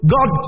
God